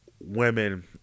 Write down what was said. women